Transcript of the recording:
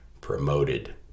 promoted